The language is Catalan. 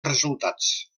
resultats